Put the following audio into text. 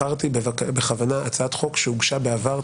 בחרתי בכוונה הצעת חוק שהוגשה בעבר,